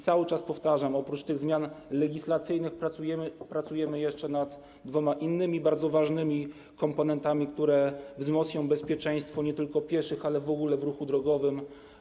Cały czas powtarzam, że oprócz tych zmian legislacyjnych pracujemy jeszcze nad dwoma innymi bardzo ważnymi komponentami, które wzmocnią bezpieczeństwo nie tylko pieszych, ale w ogóle w ruchu drogowym.